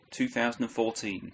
2014